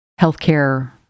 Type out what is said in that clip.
healthcare